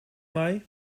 mij